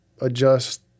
adjust